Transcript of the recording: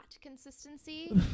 consistency